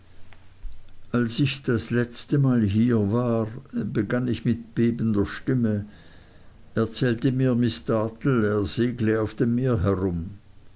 als ich das letzte mal hier war begann ich mit bebender stimme erzählte mir miß dartle er segle auf dem meer herum